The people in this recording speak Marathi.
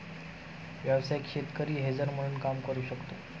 व्यावसायिक शेतकरी हेजर म्हणून काम करू शकतो